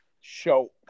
show